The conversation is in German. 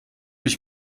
mich